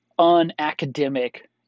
unacademic